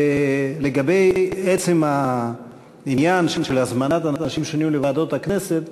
לגבי עצם העניין של הזמנת אנשים שונים לוועדות הכנסת,